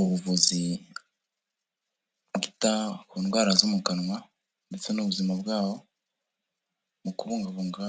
Ubuvuzi bwita ku ndwara zo mu kanwa ndetse n'ubuzima bwabo mu kubungabunga